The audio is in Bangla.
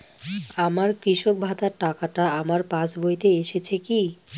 আমার কৃষক ভাতার টাকাটা আমার পাসবইতে এসেছে কি?